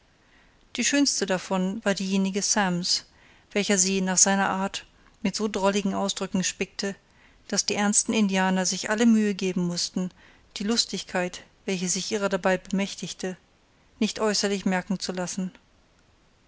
die schönste davon war diejenige sams welcher sie nach seiner art so mit drolligen ausdrücken spickte daß die ernsten indianer sich alle mühe geben mußten die lustigkeit welche sich ihrer dabei bemächtigte nicht äußerlich merken zu lassen